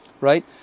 right